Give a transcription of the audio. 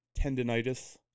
tendinitis